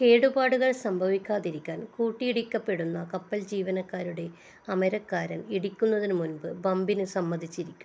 കേടുപാടുകൾ സംഭവിക്കാതിരിക്കാൻ കൂട്ടിയിടിക്കപ്പെടുന്ന കപ്പൽ ജീവനക്കാരുടെ അമരക്കാരൻ ഇടിക്കുന്നതിനു മുൻപ് ബമ്പിനു സമ്മതിച്ചിരിക്കും